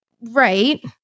Right